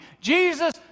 Jesus